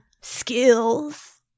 skills